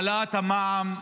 העלאת המע"מ,